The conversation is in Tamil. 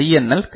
எல் கிடைக்கும்